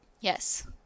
Yes